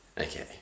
Okay